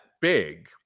big